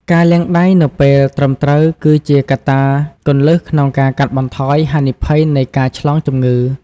ការលាងដៃនៅពេលត្រឹមត្រូវ គឺជាកត្តាគន្លឹះក្នុងការកាត់បន្ថយហានិភ័យនៃការឆ្លងជំងឺ។